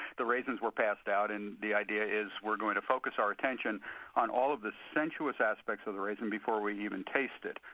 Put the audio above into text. the raisins were passed out. and the idea is we're going to focus our attention on all of the sensuous aspects of the raisin before we even taste it,